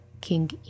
King